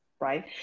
right